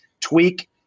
tweak